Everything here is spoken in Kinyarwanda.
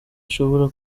ishobora